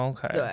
Okay，